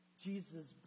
Jesus